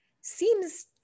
seems